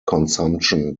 consumption